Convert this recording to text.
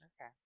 Okay